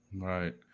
Right